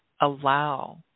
allow